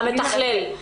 מי מפקח ?